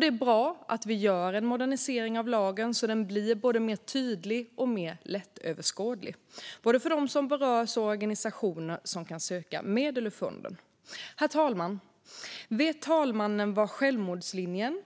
Det är bra att en modernisering av lagen sker så att den blir både mer tydlig och mer lättöverskådlig för dem som berörs och för de organisationer som kan söka medel ur fonden. Herr talman! Vet talmannen vad Självmordslinjen,